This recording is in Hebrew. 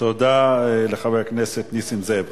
תודה לחבר הכנסת נסים זאב.